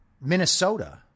Minnesota